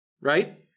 right